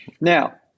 Now